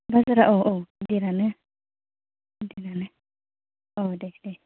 बाजारा औ औ गिदिरानो गिदिरानो अ देह देह